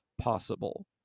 possible